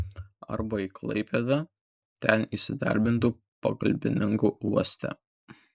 arba į klaipėdą ten įsidarbintų pagalbininku uoste